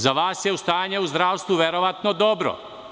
Za vas je stanje u zdravstvu verovatno dobro.